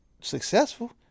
Successful